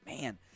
man